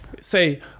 say